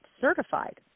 certified